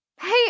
Hey